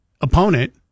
opponent